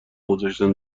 گذاشتن